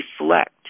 Reflect